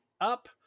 up